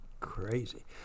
Crazy